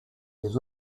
his